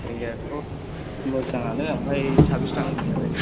जायगायाथ' मोजाङानो ओमफ्राय साबैसे थाङो नोंसोरलाय